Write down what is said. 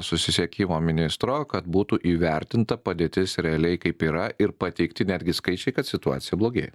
susisiekimo ministro kad būtų įvertinta padėtis realiai kaip yra ir pateikti netgi skaičiai kad situacija blogėja